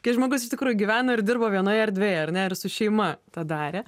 kai žmogus iš tikrųjų gyveno ir dirbo vienoje erdvėje ar ne ir su šeima tą darė